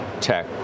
tech